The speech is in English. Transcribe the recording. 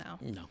No